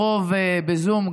והרוב בזום,